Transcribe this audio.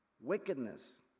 wickedness